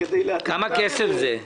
כמה כסף זה?